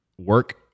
work